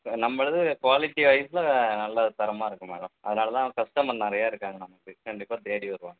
நம்பளுது quality வைஸ்ல நல்லா தரமாக இருக்கும் மேடம் அதனால் தான் கஸ்டமர் நிறையா இருக்காங்க நமக்கு கண்டிப்பாக தேடி வருவாங்க